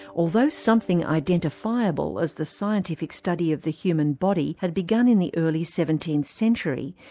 although something identifiable as the scientific study of the human body had begun in the early seventeenth century,